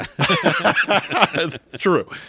True